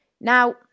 Now